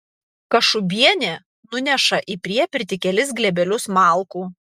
kašubienė nuneša į priepirtį kelis glėbelius malkų